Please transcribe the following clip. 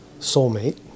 soulmate